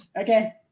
Okay